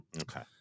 Okay